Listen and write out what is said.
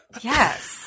Yes